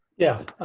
yeah,